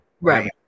right